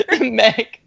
Meg